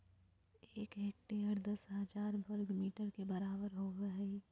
एक हेक्टेयर दस हजार वर्ग मीटर के बराबर होबो हइ